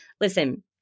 listen